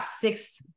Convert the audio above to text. six